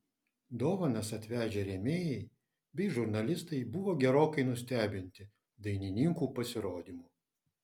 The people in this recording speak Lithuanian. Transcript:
dovanas atvežę rėmėjai bei žurnalistai buvo gerokai nustebinti dainininkų pasirodymu